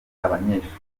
abanyeshuri